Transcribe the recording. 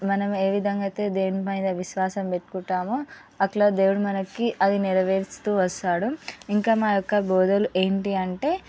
మనం ఏవిధంగా అయితే దేవుడి పైన విశ్వాసం పట్టుకుంటామో అట్లా అది దేవుడు మనకి అవి నెరవేరుస్తు వస్తాడు ఇంకా మా యొక్క భోదనలు ఏంటి అంటే